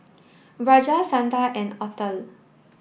Raja Santha and Atal